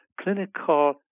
clinical